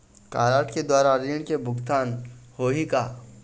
Card के द्वारा ऋण के भुगतान होही का?